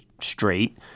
straight